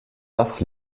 das